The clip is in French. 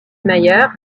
mayer